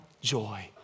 joy